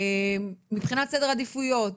מבחינת סדר עדיפויות,